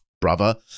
brother